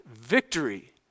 victory